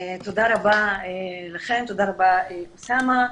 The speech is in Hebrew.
תודה רבה לכם, תודה רבה אוסאמה.